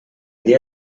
dia